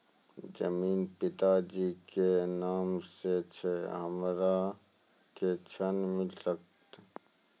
जमीन पिता जी के नाम से छै हमरा के ऋण मिल सकत?